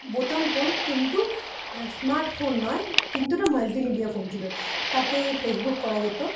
বোতাম ফোন কিন্তু smart phone নয় কিন্তু ওটা মাল্টিমিডিয়া ফোন ছিলো তাতে ফেসবুক করা যেত